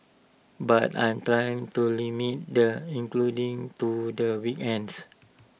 but I trying to limit the including to the weekends